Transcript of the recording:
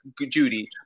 Judy